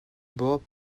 bord